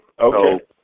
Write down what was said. Okay